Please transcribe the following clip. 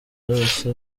yose